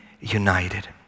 United